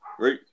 right